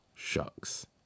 Shucks